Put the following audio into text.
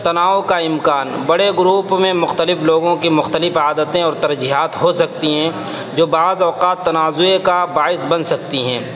تناؤ کا امکان بڑے گروپ میں مختلف لوگوں کے مختلف عادتیں اور ترجیحات ہو سکتی ہیں جو بعض اوقات تنازعے کا باعث بن سکتی ہیں